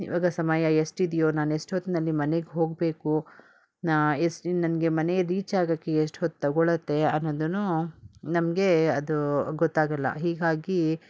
ಇವಾಗ ಸಮಯ ಎಷ್ಟಿದ್ಯೋ ನಾನು ಎಷ್ಟು ಹೊತ್ತಿನಲ್ಲಿ ಮನೆಗೆ ಹೋಗಬೇಕು ನಾ ಎಷ್ಟು ಇನ್ನು ನನಗೆ ಮನೆಗೆ ರೀಚಾಗಕ್ಕೆ ಎಷ್ಟು ಹೊತ್ತು ತೊಗೊಳತ್ತೆ ಅನ್ನೋದನ್ನು ನಮಗೆ ಅದು ಗೊತ್ತಾಗಲ್ಲ ಹೀಗಾಗಿ